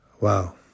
Wow